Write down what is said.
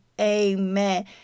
Amen